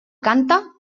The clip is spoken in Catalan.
canta